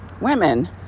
women